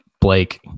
Blake